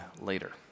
later